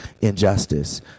injustice